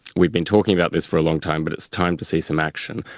we've been talking about this for a long time but it's time to see some action,